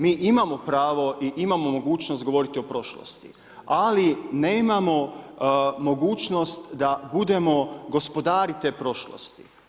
Mi imamo pravo i imamo mogućnost govoriti o prošlosti, ali nemamo mogućnost da budemo gospodari te prošlosti.